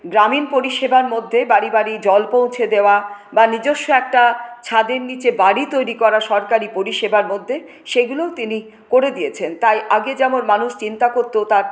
গ্রামীণ পরিষেবার মধ্যে বাড়ি বাড়ি জল পৌঁছে দেওয়া বা নিজস্ব একটা ছাদের নিচে বাড়ি তৈরি করা সরকারি পরিষেবার মধ্যে সেগুলোও তিনি করে দিয়েছেন তাই আগে যেমন মানুষ চিন্তা করত তার